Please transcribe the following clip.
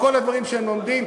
או את כל הדברים שהם לומדים,